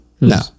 No